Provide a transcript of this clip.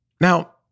Now